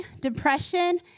depression